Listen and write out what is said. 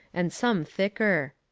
and some thicker.